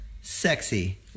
sexy